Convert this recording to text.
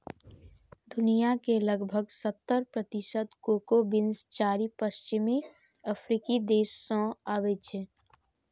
दुनिया के लगभग सत्तर प्रतिशत कोको बीन्स चारि पश्चिमी अफ्रीकी देश सं आबै छै